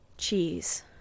cheese